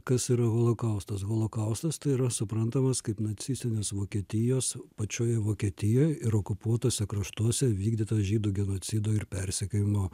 kas yra holokaustas holokaustas tai yra suprantamas kaip nacistinės vokietijos pačioje vokietijoje ir okupuotuose kraštuose vykdyto žydų genocido ir persekiojimo